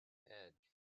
edge